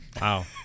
Wow